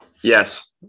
Yes